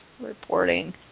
Reporting